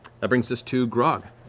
that brings us to grog.